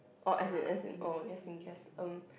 or as in as in or as in yes um